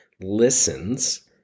listens